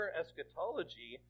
eschatology